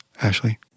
Ashley